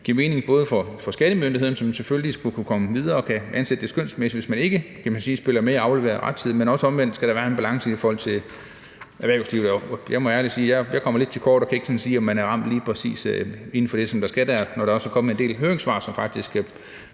giver mening, både for skattemyndighederne, som selvfølgelig skal kunne komme videre og fastsætte det skønsmæssigt, hvis man ikke, kan man sige, spiller med og afleverer rettidigt, men også for erhvervslivet, som der omvendt også skal være en balance i forhold til. Jeg må ærligt sige, at jeg kommer lidt til kort, og jeg kan ikke sådan sige, om man har ramt lige præcis inden for det, som skal til dér, når der også er kommet en del høringssvar, som faktisk